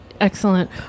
Excellent